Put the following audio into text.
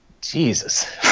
Jesus